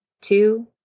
two